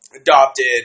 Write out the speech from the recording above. Adopted